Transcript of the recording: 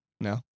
No